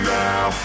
now